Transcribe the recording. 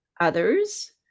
others